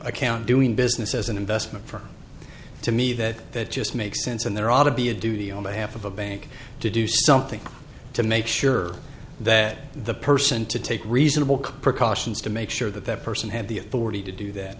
account doing business as an investment firm to me that just makes sense and there ought to be a duty on behalf of a bank to do something to make sure that the person to take reasonable precautions to make sure that that person had the authority to do that